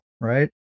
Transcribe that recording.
Right